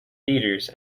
theaters